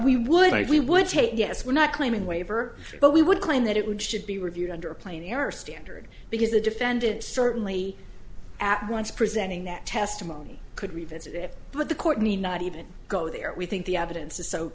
we would say we would take yes we're not claiming waiver but we would claim that it would should be reviewed under a plain error standard because the defendant certainly at once presenting that testimony could revisit it but the cortney not even go there we think the evidence is so